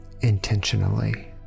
intentionally